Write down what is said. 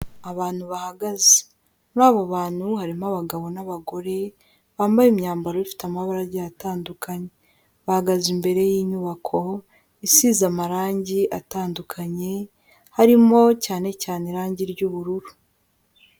Abantu bahagaze muri abo bantu harimo abagabo n'abagore bambaye imyambaro ifite amabara agiye atandukanye, bahagaze imbere y'inyubako isize amarange atandukanye harimo cyane cyane irange ry'ubururu.